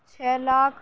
چھ لاکھ